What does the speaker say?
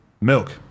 Milk